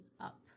up